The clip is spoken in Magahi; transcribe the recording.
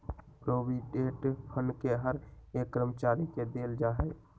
प्रोविडेंट फंड के हर एक कर्मचारी के देल जा हई